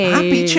Happy